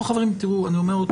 חברים, תראו, אני אומר עוד